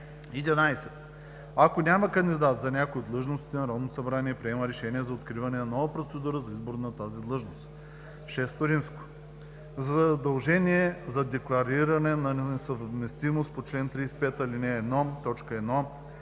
11. Ако няма кандидат за някоя от длъжностите, Народното събрание приема решение за откриване на нова процедура за избор за тази длъжност. VI. Задължение за деклариране на несъвместимост по чл. 35, ал. 1,